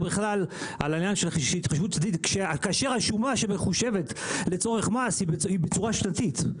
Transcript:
בכלל על העניין שכאשר השומה שמחושבת לצורך מס היא בצורה שנתית,